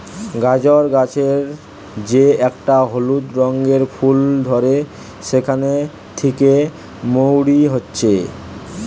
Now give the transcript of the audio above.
গাজর গাছের যে একটা হলুদ রঙের ফুল ধরে সেখান থিকে মৌরি হচ্ছে